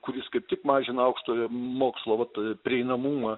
kuris kaip tik mažina aukštojo mokslo studijų prieinamumą